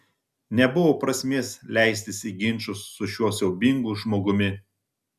nebuvo prasmės leistis į ginčus su šiuo siaubingu žmogumi